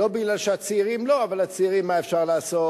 לא בגלל שהצעירים לא, אבל הצעירים, מה אפשר לעשות?